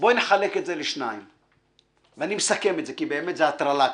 נסכם את זה, כי באמת זו הטרלה כבר.